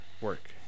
work